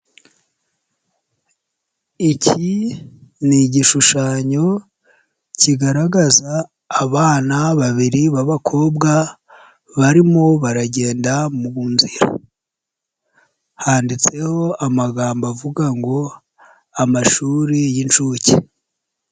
Iki ni igishushanyo kigaragaza abana babiri b'abakobwa barimo baragenda mu nzira, handitseho amagambo avuga ngo amashuri y'inshuke.